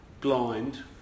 blind